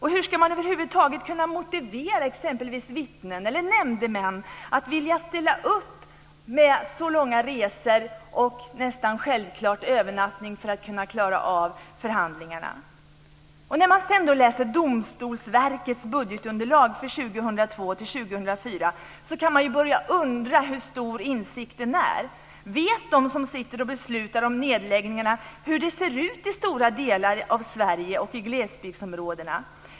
Hur ska man över huvud taget kunna motivera exempelvis vittnen eller nämndemän att vilja ställa upp med så långa resor och nästan självklart övernattning för att kunna klara av förhandlingarna? När man läser Domstolsverkets budgetunderlag för 2002-2004 kan man börja undra hur stor insikten är. Vet de som sitter och beslutar om nedläggningarna hur det ser ut i stora delar av Sverige och i glesbygdsområdena?